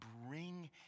bring